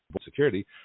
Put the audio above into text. security